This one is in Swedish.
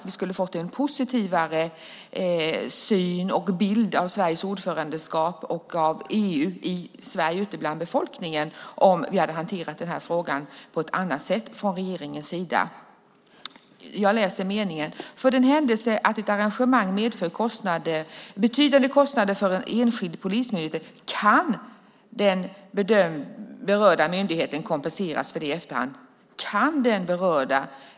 Vi hade fått en positivare bild av Sveriges ordförandeskap och EU i Sverige ute bland befolkningen om man hade hanterat den här frågan på ett annat sätt från regeringens sida. Jag läser meningen: För den händelse att ett arrangemang medför kostnader för en enskild polismyndighet kan den berörda myndigheten kompenseras för det i efterhand.